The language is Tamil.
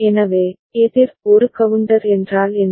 எனவே எதிர் ஒரு கவுண்டர் என்றால் என்ன